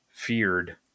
feared